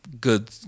good